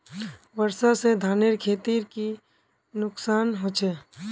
वर्षा से धानेर खेतीर की नुकसान होचे?